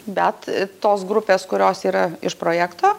bet tos grupės kurios yra iš projekto